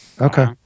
Okay